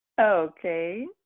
Okay